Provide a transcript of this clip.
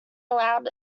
allowed